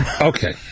Okay